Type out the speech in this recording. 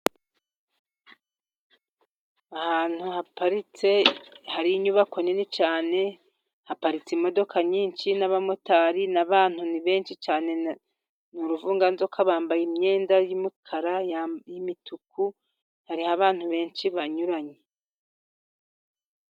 Ahantu haparitse hari inyubako nini cyane, haparitse imodoka nyinshi n'abamotari n'abantu ni benshi cyane ni uruvunganzoka bambaye imyenda y'umukara n'imituku hari abantu benshi banyuranye.